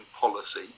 policy